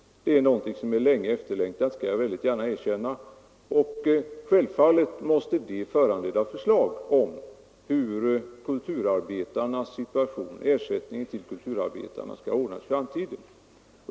Det är efterlängtat — det skall jag gärna erkänna. Självfallet måste det föranleda förslag från regeringen om hur ersättningen till kulturarbetarna skall ordnas i framtiden.